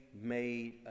made